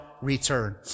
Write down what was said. return